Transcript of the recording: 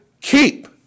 keep